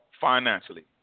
financially